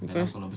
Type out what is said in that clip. because